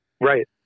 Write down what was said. Right